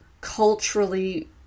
culturally